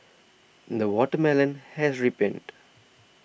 the watermelon has ripened